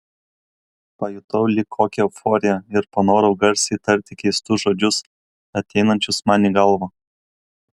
pajutau lyg kokią euforiją ir panorau garsiai tarti keistus žodžius ateinančius man į galvą